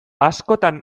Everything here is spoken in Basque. askotan